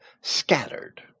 scattered